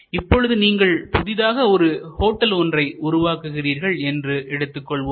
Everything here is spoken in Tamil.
இப்பொழுது நீங்கள் புதிதாக ஒரு ஹோட்டல் ஒன்றை உருவாக்குகிறீர்கள் என்று எடுத்துக்கொள்வோம்